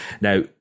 Now